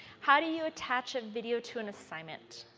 how do you attach a video to an assignment?